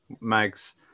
Mags